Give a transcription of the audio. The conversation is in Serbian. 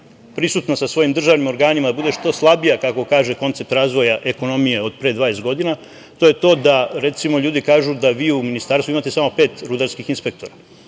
prisutna sa svojim državnim organima, da bude što slabija kako kaže koncept razvoja ekonomije od pre 20 godina. To je to da, recimo, ljudi kažu da vi u ministarstvu imate samo pet rudarskih inspektora. Ja